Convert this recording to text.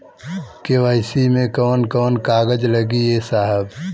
KYC मे कवन कवन कागज लगी ए साहब?